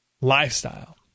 lifestyle